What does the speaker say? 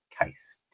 case